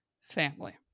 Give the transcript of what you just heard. family